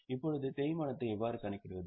இப்போது தேய்மானத்தை எவ்வாறு கணக்கிடுவது